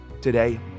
Today